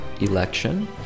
election